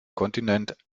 kontinent